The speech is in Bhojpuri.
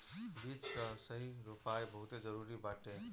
बीज कअ सही रोपाई बहुते जरुरी बाटे